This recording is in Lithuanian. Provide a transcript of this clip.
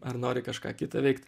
ar nori kažką kita veikt